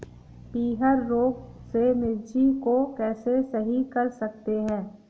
पीहर रोग से मिर्ची को कैसे सही कर सकते हैं?